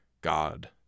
God